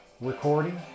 recording